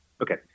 okay